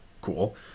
cool